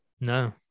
No